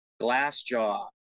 Glassjaw